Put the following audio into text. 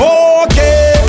okay